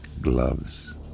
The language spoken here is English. gloves